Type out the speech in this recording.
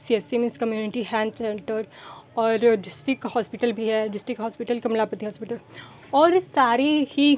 सी S C means community health centre और district hospital भी है डिस्टिक हॉस्पिटल कमलापति हॉस्पिटल और सारे ही